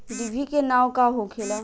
डिभी के नाव का होखेला?